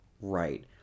right